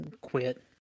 quit